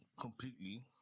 completely